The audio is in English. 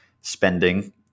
spending